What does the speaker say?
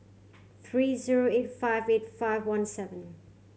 three zero eight five eight five one seven